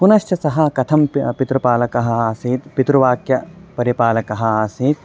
पुनश्च सः कथं पितृपालकः आसीत् पितृवाक्यपरिपालकः आसीत्